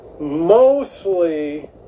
mostly